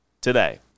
today